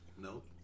Nope